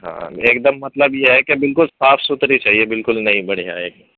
ہاں ایک دم مطلب یہ ہے کہ بالکل صاف سُتھری چاہیے بالکل نئی بڑھیا ایک دم